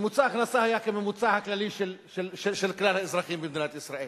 ממוצע ההכנסה היה כממוצע הכללי של כלל האזרחים במדינת ישראל.